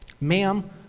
Ma'am